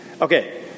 Okay